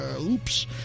oops